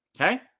Okay